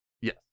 Yes